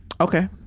Okay